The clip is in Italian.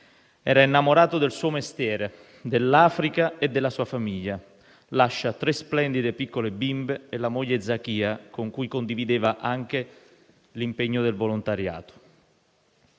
era innamorato del suo mestiere, dell'Africa e della sua famiglia. Lascia tre splendide piccole bimbe e la moglie Zakìa, con cui condivideva anche l'impegno del volontariato.